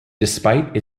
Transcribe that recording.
despite